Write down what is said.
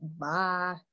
Bye